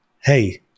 Hey